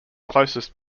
closest